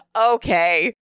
Okay